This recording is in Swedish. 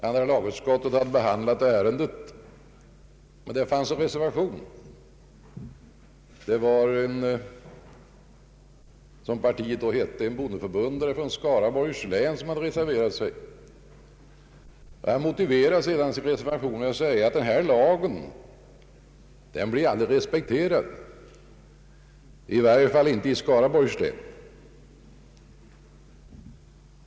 Andra lagutskottet hade behandlat ärendet, och det fanns en reservation. Det var en medlem av bondeförbundet, som partiet då hette, från Skaraborgs län som hade reserverat sig. Han motiverade sin reservation med att säga att denna lag inte skulle bli respekterad, i varje fall inte i Skaraborgs län.